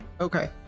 okay